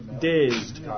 dazed